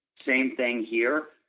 same thing here,